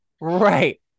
right